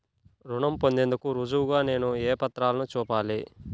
రుణం పొందేందుకు రుజువుగా నేను ఏ పత్రాలను చూపాలి?